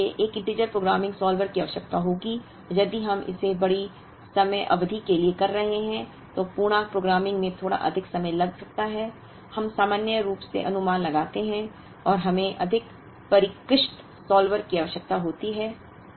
अब इसके लिए एक पूर्णांक इंटिजर प्रोग्रामिंग सॉल्वर की आवश्यकता होगी और यदि हम इसे बड़ी समयावधि के लिए कर रहे हैं तो पूर्णांक प्रोग्रामिंग में थोड़ा अधिक समय लग सकता है हम सामान्य रूप से अनुमान लगाते हैं और हमें अधिक परिष्कृत सॉल्वर की आवश्यकता होती है